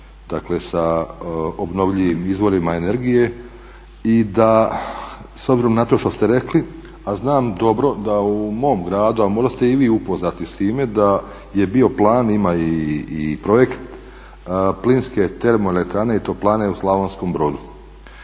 zapravo sa obnovljivim izvorima energije i da s obzirom na to što ste rekli, a znam dobro da u mom gradu, a možda ste i vi upoznati s time da je bio plan, ima i projekt, plinske termoelektrane i toplane u Slavonskom Brodu.